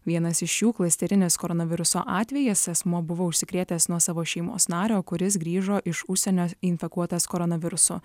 vienas iš jų klasterinis koronaviruso atvejis asmuo buvo užsikrėtęs nuo savo šeimos nario kuris grįžo iš užsienio infekuotas koronaviruso